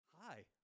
Hi